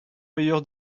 meilleur